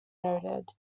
noted